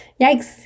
yikes